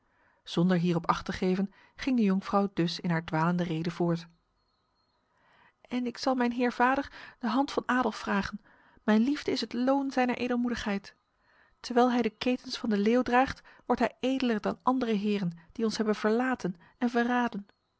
zonder hierop acht te geven ging de jonkvrouw dus in haar dwalende rede voort en ik zal mijn heer vader de hand van adolf vragen mijn liefde is het loon zijner edelmoedigheid terwijl hij de ketens van de leeuw draagt wordt hij edeler dan andere heren die ons hebben verlaten en verraden